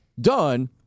done